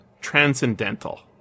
Transcendental